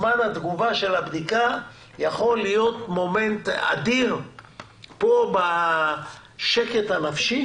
זמן התשובה של הבדיקה יכול להוות גורם אדיר בשקט הנפשי